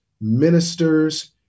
ministers